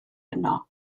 yno